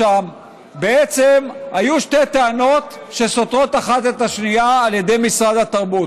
בעצם היו שתי טענות שסותרות אחת את השנייה על ידי משרד התרבות.